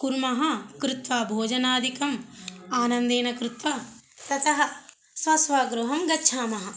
कुर्मः कृत्वा भोजनादिकम् आनन्देन कृत्वा ततः स्व स्व गृहं गच्छामः